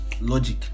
logic